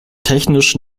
technisch